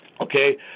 Okay